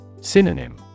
Synonym